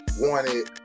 wanted